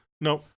no